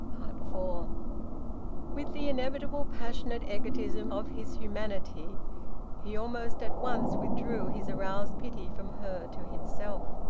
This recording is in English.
four. with the inevitable passionate egotism of his humanity he almost at once withdrew his aroused pity from her to himself.